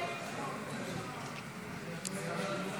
נצביע כעת על הסתייגות 117. הצבעה.